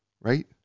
right